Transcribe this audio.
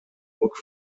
burg